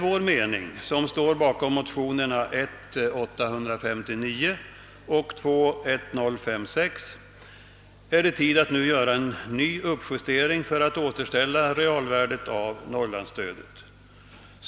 Vi som står bakom motionerna I: 859 och II: 1056 anser att det nu är tid att göra en ny uppjustering för att återställa realvärdet av norrlandsstödet.